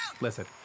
Listen